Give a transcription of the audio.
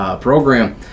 program